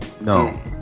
No